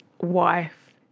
wife